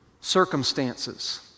circumstances